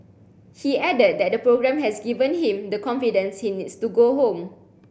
he added that that programme has given him the confidence he needs to go home